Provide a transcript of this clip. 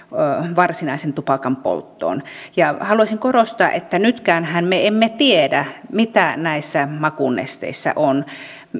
varsinaisen tupakan polttoon haluaisin korostaa että nytkäänhän me emme tiedä mitä näissä makunesteissä on